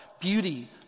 beauty